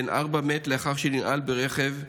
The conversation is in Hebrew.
בן ארבע מת לאחר שננעל ברכב,